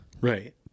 Right